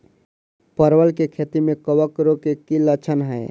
परवल केँ खेती मे कवक रोग केँ की लक्षण हाय?